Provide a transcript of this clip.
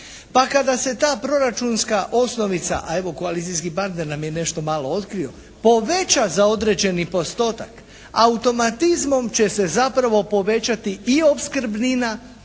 Pa kada se ta proračunska osnovica, a evo koalicijski partner nam je nešto malo otkrio, poveća za određeni postotak automatizmom će se zapravo povećati i opskrbnina